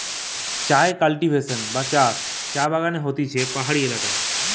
চায় কাল্টিভেশন বা চাষ চা বাগানে হতিছে পাহাড়ি এলাকায়